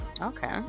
Okay